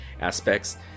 aspects